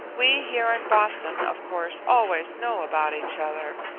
we here in boston, of course, always know about each other.